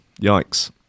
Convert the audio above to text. Yikes